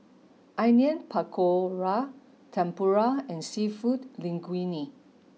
Onion Pakora Tempura and Seafood Linguine